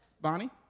Bonnie